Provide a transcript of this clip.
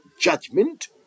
judgment